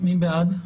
מי בעד?